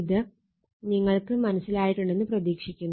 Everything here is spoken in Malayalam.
ഇത് നിങ്ങൾക്ക് മനസ്സിലായിട്ടുണ്ടെന്ന് പ്രതീക്ഷിക്കുന്നു